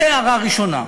זו הערה ראשונה.